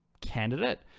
candidate